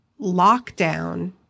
lockdown